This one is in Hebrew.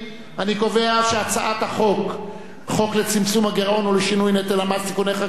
אני קובע שהצעת חוק לצמצום הגירעון ולשינוי נטל המס (תיקוני חקיקה),